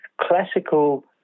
classical